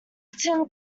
acton